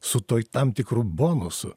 su tuo tam tikru bonusu